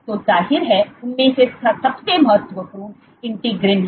तो ज़ाहिर है उनमें से सबसे महत्वपूर्ण इंटीग्रीन है